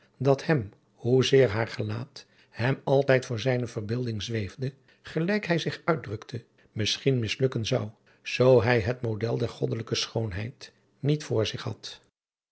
dat hem hoezeer haar gelaat hem altijd voor zijne verbeelding zweefde gelijk hij zich uitdrukte misschien mislukken zou zoo hij het model der oddelijke schoonheid niet voor zich had